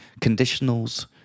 conditionals